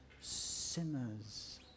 sinners